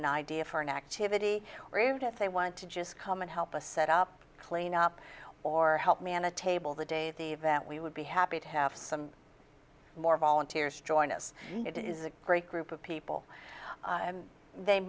an idea for an activity or if they want to just come and help us set up cleanup or help me on a table the day of the event we would be happy to have some more volunteers join us it is a great group of people they